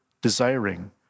desiring